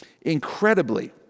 incredibly